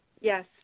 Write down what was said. Yes